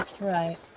Right